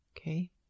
Okay